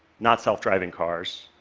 not self-driving cars.